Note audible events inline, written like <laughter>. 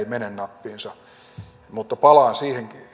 <unintelligible> mene nappiinsa mutta palaan siihen